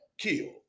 Kill